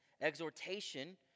Exhortation